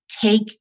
take